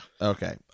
Okay